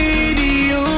Radio